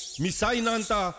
misainanta